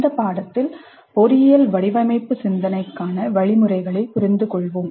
இந்த பாடத்தில் பொறியியல் வடிவமைப்பு சிந்தனைக்கான வழிமுறைகளைப் புரிந்துகொள்வோம்